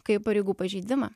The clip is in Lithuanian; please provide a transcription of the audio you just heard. kaip pareigų pažeidimą